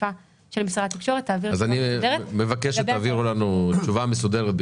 האכיפה של משרד התקשורת תעביר את זה בצורה מסודרת.